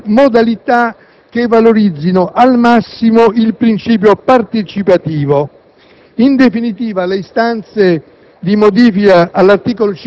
per la sua composizione, modalità che valorizzino al massimo il principio partecipativo. In definitiva, le istanze